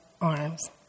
arms